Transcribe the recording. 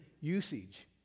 usage